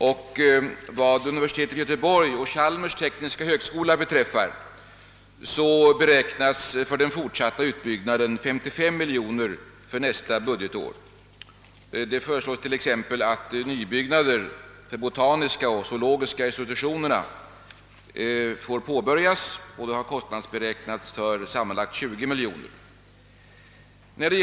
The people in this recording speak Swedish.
Vad Göteborgs universitet och Chalmers tekniska högskola beträffar beräknas för den fortsatta utbyggnaden 55 miljoner kronor för nästa budgetår. Det föreslås t.ex. att nybyggnader till botaniska och zoologiska institutionerna får påbörjas, vilka har kostnadsberäknats till sammanlagt 20 miljoner kronor.